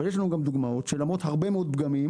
אבל יש לנו גם דוגמאות שלמרות הרבה מאוד פגמים,